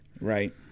Right